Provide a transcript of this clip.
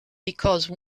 because